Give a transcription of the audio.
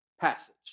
passage